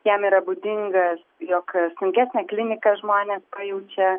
jam yra būdingas jog sunkesnę kliniką žmonės pajaučia